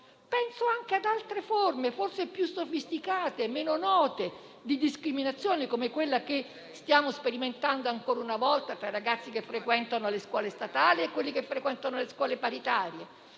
ci sono poi altre forme, forse più sofisticate e meno note, di discriminazione, come quella che stiamo sperimentando ancora una volta tra i ragazzi che frequentano le scuole statali e quelli che frequentano le scuole paritarie,